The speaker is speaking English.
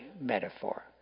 metaphor